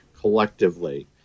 collectively